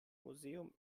museum